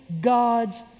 God's